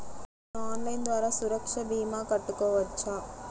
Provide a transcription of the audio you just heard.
నేను ఆన్లైన్ ద్వారా సురక్ష భీమా కట్టుకోవచ్చా?